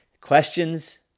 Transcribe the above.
questions